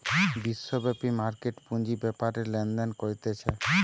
বিশ্বব্যাপী মার্কেট পুঁজি বেপারে লেনদেন করতিছে